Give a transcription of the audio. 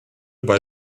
bei